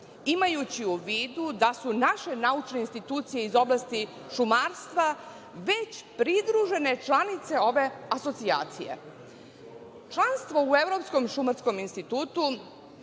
imajući u vidu da su naše naučne institucije iz oblasti šumarstva već pridružene članice ove asocijacije. Članstvo u Evropskom šumarskom institutu